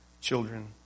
children